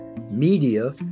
media